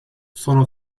sono